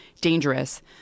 dangerous –